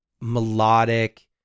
melodic